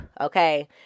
okay